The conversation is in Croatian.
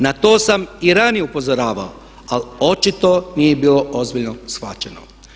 Na to sam i ranije upozoravao ali očito nije bilo ozbiljno shvaćeno.